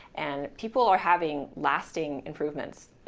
and people are having lasting improvements,